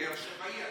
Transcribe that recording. באר שבעי אני,